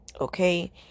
Okay